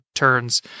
turns